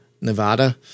Nevada